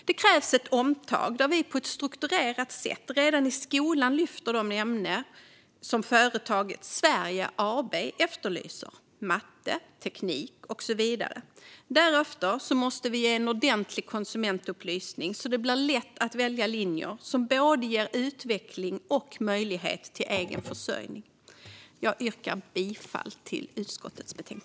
Det krävs ett omtag där vi på ett strukturerat sätt redan i skolan lyfter upp de ämnen som företaget Sverige AB efterlyser: matte, teknik och så vidare. Därefter måste vi ge ordentlig konsumentupplysning så att det blir lätt att välja linjer som ger både utveckling och möjlighet till egen försörjning. Jag yrkar bifall till utskottets förslag.